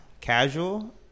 Casual